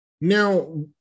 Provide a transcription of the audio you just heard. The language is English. Now